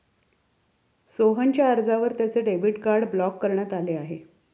सोहनच्या अर्जावर त्याचे डेबिट कार्ड ब्लॉक करण्यात आले आहे